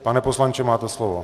Pane poslanče, máte slovo.